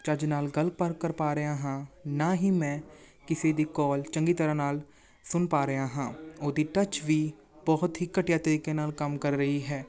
ਚੱਜ ਨਾਲ ਗੱਲ ਪਰ ਕਰ ਪਾ ਰਿਹਾ ਹਾਂ ਨਾ ਹੀ ਮੈਂ ਕਿਸੇ ਦੀ ਕਾਲ ਚੰਗੀ ਤਰ੍ਹਾਂ ਨਾਲ ਸੁਣ ਪਾ ਰਿਹਾ ਹਾਂ ਉਹਦੀ ਟਚ ਵੀ ਬਹੁਤ ਹੀ ਘਟੀਆ ਤਰੀਕੇ ਨਾਲ ਕੰਮ ਕਰ ਰਹੀ ਹੈ